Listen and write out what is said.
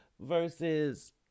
versus